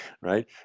Right